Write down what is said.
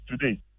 today